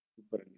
Super